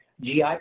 GI